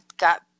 got